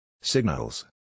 signals